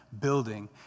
building